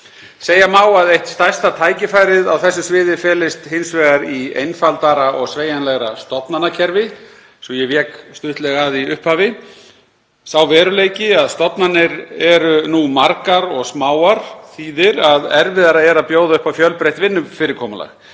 Segja má að eitt stærsta tækifærið á þessu sviði felist hins vegar í einfaldara og sveigjanlegra stofnanakerfi eins og ég vék stuttlega að í upphafi. Sá veruleiki að stofnanir eru nú margar og smáar þýðir að erfiðara er að bjóða upp á fjölbreytt vinnufyrirkomulag,